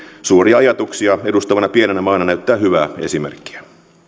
suuria ajatuksia edustavana pienenä maana näyttää hyvää esimerkkiä